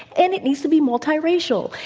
and it needs to be multiracial.